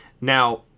Now